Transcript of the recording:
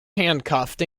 handcuffed